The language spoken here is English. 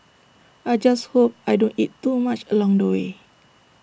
I just hope I don't eat too much along the way